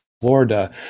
Florida